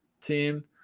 team